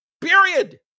Period